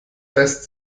lässt